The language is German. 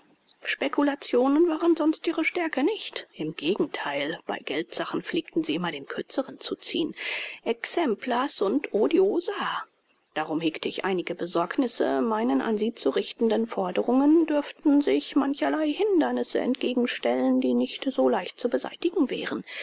speculationen waren sonst ihre stärke nicht im gegentheil bei geldsachen pflegten sie immer den kürzeren zu ziehen exempla sunt odiosa darum hegte ich einige besorgnisse meinen an sie zu richtenden forderungen dürften sich mancherlei hindernisse entgegenstellen die nicht so leicht zu beseitigen wären